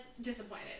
disappointed